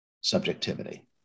subjectivity